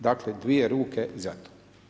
Dakle dvije ruke za to.